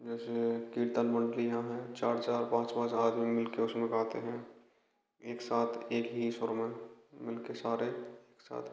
जैसे कीर्तन मंडलियाँ हैं चार चार पाँच पाँच आदमी मिल कर उसमें गाते हैं एक साथ एक ही सुर में मिल कर सारे एक साथ